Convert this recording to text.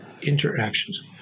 interactions